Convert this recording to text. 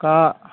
गा